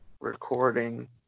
recording